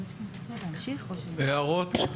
הערות?